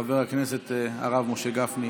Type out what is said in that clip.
חבר הכנסת הרב משה גפני.